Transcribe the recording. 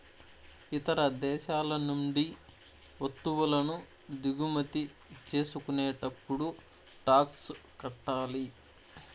ఇతర దేశాల నుండి వత్తువులను దిగుమతి చేసుకునేటప్పుడు టాక్స్ కట్టాలి